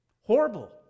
Horrible